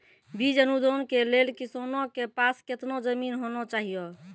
बीज अनुदान के लेल किसानों के पास केतना जमीन होना चहियों?